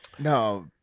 No